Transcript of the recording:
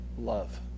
love